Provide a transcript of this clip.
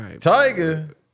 Tiger